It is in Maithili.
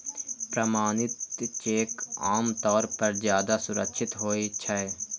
प्रमाणित चेक आम तौर पर ज्यादा सुरक्षित होइ छै